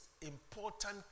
important